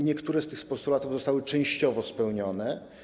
Niektóre z tych postulatów zostały częściowo spełnione.